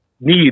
need